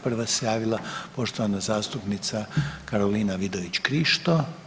Prva se javila poštovana zastupnica Karolina Vidović Krišto.